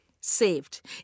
saved